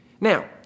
Now